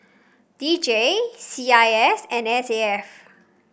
D J C I S and S A F